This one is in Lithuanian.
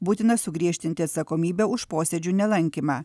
būtina sugriežtinti atsakomybę už posėdžių nelankymą